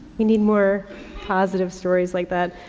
we need more positive stories like that.